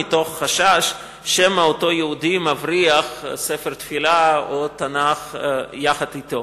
מתוך חשש שמא אותו יהודי מבריח ספר תפילה או תנ"ך יחד אתו.